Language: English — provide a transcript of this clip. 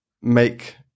make